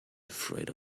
afraid